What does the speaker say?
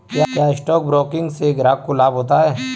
क्या stock broking से ग्राहक को लाभ होता है?